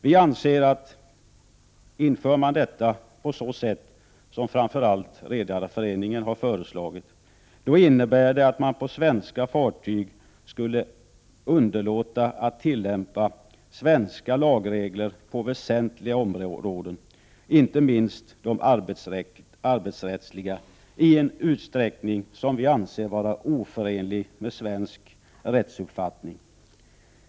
Vi anser att om man inför detta på ett sådant sätt som Redarföreningen har föreslagit innebär det att man på svenska fartyg skulle underlåta att tillämpa svenska lagregler på väsentliga områden, inte minst de arbetsrättsliga, i en utsträckning som vi anser vara oförenlig med svensk rättsuppfattning.